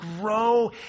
grow